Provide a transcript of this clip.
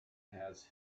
has